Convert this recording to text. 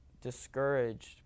discouraged